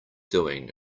doing